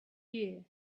year